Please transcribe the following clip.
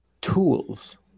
tools